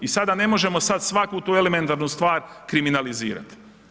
I sada ne možemo sad svaku ti elementarnu stvar kriminalizirat.